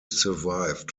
survived